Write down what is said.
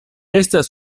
estas